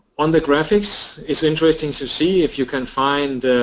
on the graphics it's interesting to see if you can find